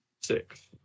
six